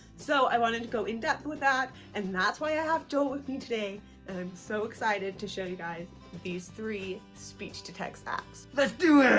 so i wanted to go in-depth with that and that's why i have joel with me today and i'm so excited to show you guys these three speech-to-text apps. let's do it!